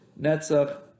Netzach